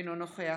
אינו נוכח